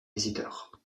visiteurs